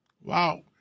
Wow